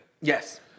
Yes